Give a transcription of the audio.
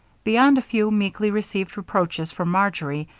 beyond a few meekly received reproaches from marjory,